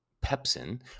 pepsin